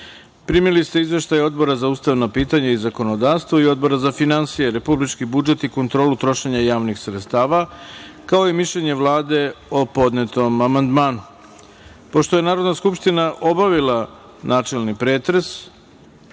Bajrami. Primili ste izveštaj Odbora za ustavna pitanja i zakonodavstvo i Odbora za finansije, republički budžet i kontrolu trošenja javnih sredstava, kao i mišljenje Vlade o podnetom amandmanom. Pošto je Narodna skupština obavila načelni pretres,